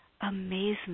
amazement